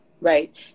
right